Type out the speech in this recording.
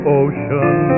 ocean